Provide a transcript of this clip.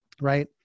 right